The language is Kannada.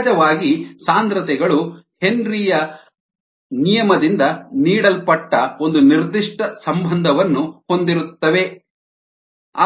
ಸಹಜವಾಗಿ ಸಾಂದ್ರತೆಗಳು ಹೆನ್ರಿಯ Henrys ರವರ ನಿಯಮ ದಿಂದ ನೀಡಲ್ಪಟ್ಟ ಒಂದು ನಿರ್ದಿಷ್ಟ ಸಂಬಂಧವನ್ನು ಹೊಂದಿರುತ್ತವೆ